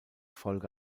folge